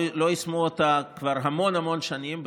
לא יישמו אותן כבר המון המון שנים,